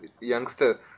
youngster